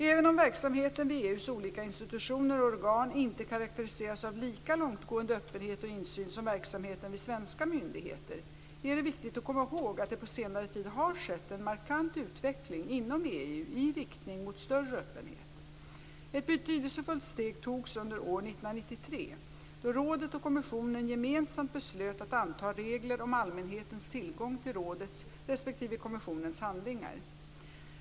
Även om verksamheten vid EU:s olika institutioner och organ inte karakteriseras av lika långtgående öppenhet och insyn som verksamheten vid svenska myndigheter, är det viktigt att komma ihåg att det på senare tid har skett en markant utveckling inom EU i riktning mot större öppenhet. Ett betydelsefullt steg togs under år 1993, då rådet och kommissionen gemensamt beslöt att anta regler om allmänhetens tillgång till rådets respektive kommissionens handlingar.